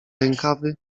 rękawy